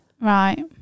right